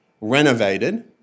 renovated